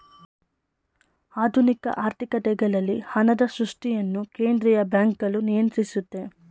ಆಧುನಿಕ ಆರ್ಥಿಕತೆಗಳಲ್ಲಿ ಹಣದ ಸೃಷ್ಟಿಯನ್ನು ಕೇಂದ್ರೀಯ ಬ್ಯಾಂಕ್ಗಳು ನಿಯಂತ್ರಿಸುತ್ತೆ